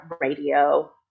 radio